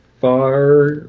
far